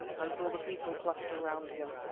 and saw the people cluster round him.